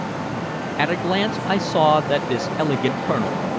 at a glance i saw that this elegant colonel,